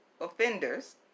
offenders